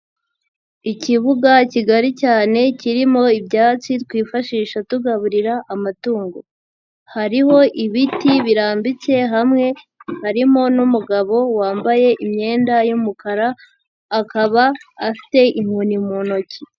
Ikibuga kigari cyane kirimo ibyatsi twifashisha tugaburira amatungo, hariho ibiti birambitse hamwe harimo n'umugabo wambaye imyenda y'umukara akaba afite inkoni mu ntoki.